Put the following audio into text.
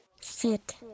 Sit